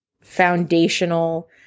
foundational